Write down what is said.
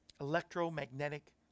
electromagnetic